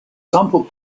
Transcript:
sampled